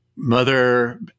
Mother